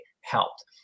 helped